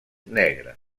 negra